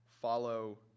follow